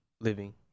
living